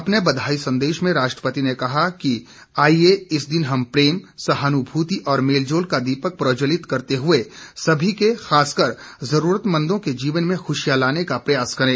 अपने बधाई संदेश में राष्ट्रपति ने कहा कि आइए इस दिन हम प्रेम सहानुभूति और मेल जोल का दीपक प्रज्जवलित करते हुए सभी के खासकर जरूरत मंदों के जीवन में खुशियां लाने का प्रयास करें